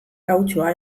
kautxua